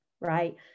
right